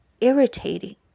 irritating